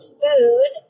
food